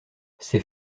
ces